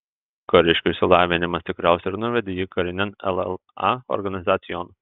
kariškio išsilavinimas tikriausiai ir nuvedė jį karinėn lla organizacijon